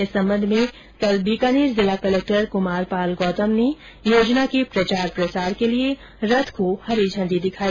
इस संबंध में कल बीकानेर जिला कलक्टर कुमार पाल गौतम ने योजना के प्रचार प्रसार के लिये रथ को हरी झण्डी दिखाई